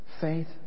Faith